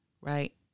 right